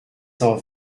cent